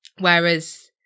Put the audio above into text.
whereas